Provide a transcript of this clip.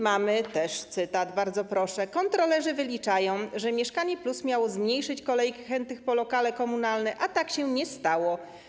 Mamy kolejny cytat, bardzo proszę: Kontrolerzy wyliczają też, że ˝Mieszkanie+˝ miało zmniejszyć kolejki chętnych po lokale komunalne, a tak się nie stało.